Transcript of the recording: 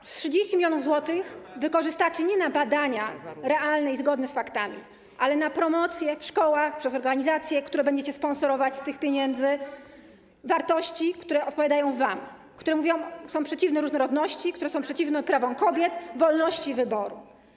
30 mln zł wykorzystacie nie na badania realne i zgodne z faktami, ale na promocję w szkołach przez organizacje, które będziecie sponsorować z tych pieniędzy, wartości, które odpowiadają wam, które są przeciwne różnorodności, które są przeciwne prawom kobiet, wolności wyboru.